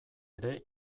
ere